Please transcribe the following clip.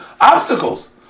obstacles